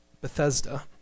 Bethesda